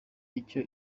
icyo